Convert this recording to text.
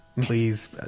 Please